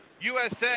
USA